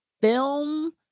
film